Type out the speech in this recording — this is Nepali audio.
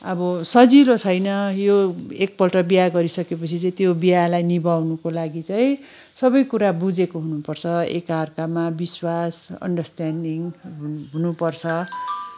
अब सजिलो छैन यो एकपल्ट बिहे गरी सकेपछि चाहिँ त्यो बिहेलाई निभाउनुको लागि चाहिँ सबै कुरा बुझेको हुनु पर्छ एकअर्कामा विश्वास अन्डरस्ट्यानडिङ हुनु पर्छ